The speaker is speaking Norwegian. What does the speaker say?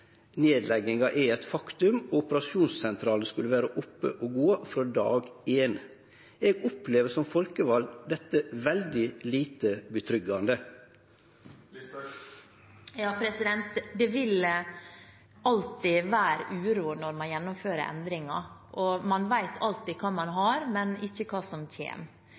nedlegginga er eit faktum, og operasjonssentralen skulle vere oppe og gå frå dag éin. Eg opplever som folkevald dette som veldig lite forsvarleg. Det vil alltid være uro når man gjennomfører endringer. Man vet alltid hva man har, men ikke hva som